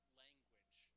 language